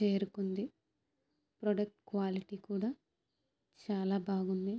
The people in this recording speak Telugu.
చేరుకుంది ప్రోడక్ట్ క్వాలిటీ కూడా చాలా బాగుంది